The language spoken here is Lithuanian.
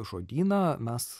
žodyną mes